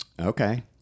Okay